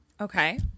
okay